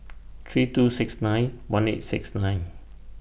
three two six nine one eight six nine